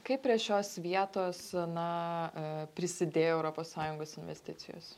kaip prie šios vietos na prisidėjo europos sąjungos investicijos